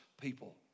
people